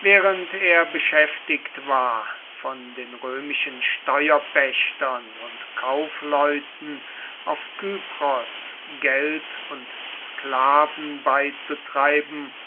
während er beschäftigt war von den römischen steuerpächtern und kaufleuten auf kypros geld und sklaven beizutreiben